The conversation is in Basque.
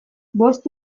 bost